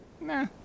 Nah